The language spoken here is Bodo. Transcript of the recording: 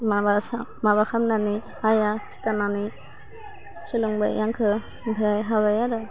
माबा माबा खालामनानै आइया खिथानानै सोलोंबाय आंखौ ओमफ्राय हाबाय आरो